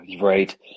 right